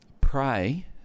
pray